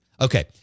Okay